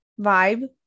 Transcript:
vibe